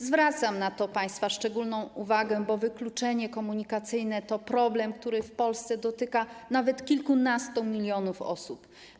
Zwracam na to państwu szczególną uwagę, bo wykluczenie komunikacyjne to problem, który w Polsce dotyka nawet kilkunastu milionów osób.